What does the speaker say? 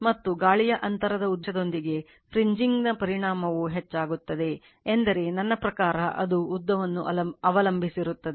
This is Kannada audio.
ಮತ್ತು ಗಾಳಿಯ ಅಂತರದ ಉದ್ದದೊಂದಿಗೆ ಫ್ರಿಂಜಿಂಗ್ನ ಪರಿಣಾಮವು ಹೆಚ್ಚಾಗುತ್ತದೆ ಎಂದರೆ ನನ್ನ ಪ್ರಕಾರ ಅದು ಉದ್ದವನ್ನು ಅವಲಂಬಿಸಿರುತ್ತದೆ